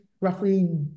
roughly